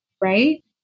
right